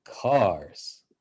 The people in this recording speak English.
cars